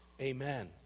amen